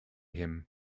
him